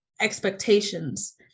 expectations